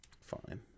Fine